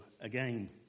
again